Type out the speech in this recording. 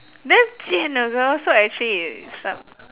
damn 贱 ah so actually it's some